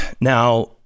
Now